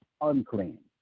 unclean